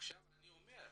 עכשיו אני שואל